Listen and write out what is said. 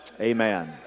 amen